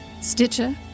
Stitcher